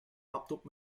laptop